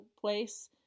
place